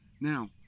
Now